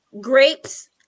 grapes